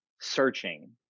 searching